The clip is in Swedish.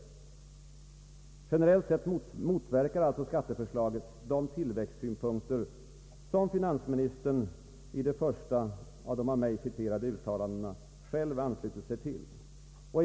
Generellt sett motverkar alltså skatteförslaget de tillväxtsynpunkter som finansministern i det första av de av mig citerade uttalandena själv anslutit sig till.